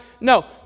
No